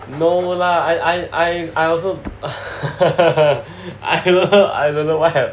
no lah I I I I also I wouldn't have